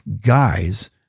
guys